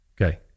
Okay